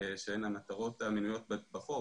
שהן המטרות המנויות בחוק